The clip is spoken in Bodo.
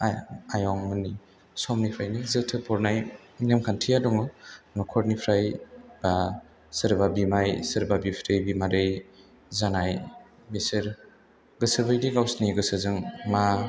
आयं मोननि समनिफ्राइनो जोथोब हरनाय नेम खान्थिया दङ न'खरनिफ्राय बा सोरबा बिमाय सोरबा बिबथै बिमादै जानाय बिसोर गोसोबायदि गावसोरनि गोसोजों मा